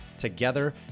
Together